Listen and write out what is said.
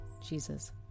Jesus